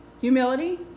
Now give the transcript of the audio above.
Humility